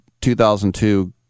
2002